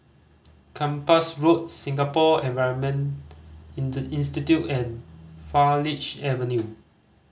Kempas Road Singapore Environment Institute and Farleigh Avenue